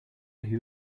who